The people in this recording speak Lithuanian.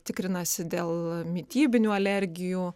tikrinasi dėl mitybinių alergijų